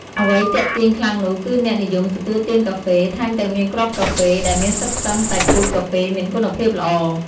អ្វីទាក់ទាញខ្លាំងនោះ គឺអ្នកនិយមទទួលទានកាហ្វេ ថែមទាំងមានគ្រាប់កាហ្វេ ដែលមានសុទ្ធសឹងតែពូជកាហ្វេមានគុណភាពល្អ។